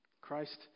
Christ